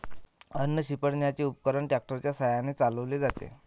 अन्न शिंपडण्याचे उपकरण ट्रॅक्टर च्या साहाय्याने चालवले जाते